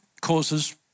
causes